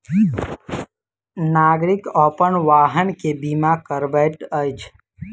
नागरिक अपन वाहन के बीमा करबैत अछि